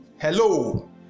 Hello